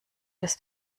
des